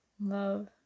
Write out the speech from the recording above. Love